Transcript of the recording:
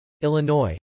Illinois